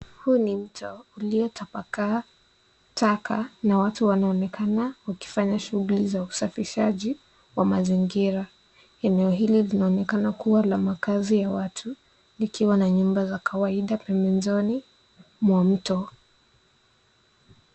Huu ni mto uliotapakaa taka na watu wanaonekana wakifanya shughuli za usafishaji wa mazingira. Eneo hili linaonekana kuwa la makaazi ya watu likiwa na nyumba za kawaida pembezoni mwa mto.